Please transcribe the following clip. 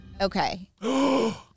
Okay